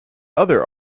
other